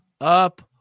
up